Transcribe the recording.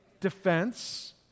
defense